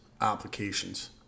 applications